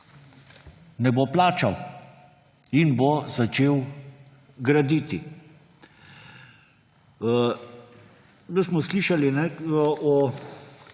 ne bo plačal in bo začel graditi. Da smo slišali o